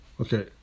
okay